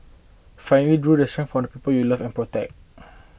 finally draw from the people you love and protect